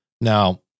Now